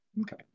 Okay